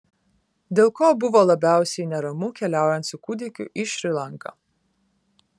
dėl ko buvo labiausiai neramu keliaujant su kūdikiu į šri lanką